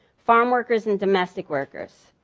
farmworkers and domestic workers.